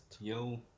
Yo